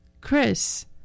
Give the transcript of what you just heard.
Chris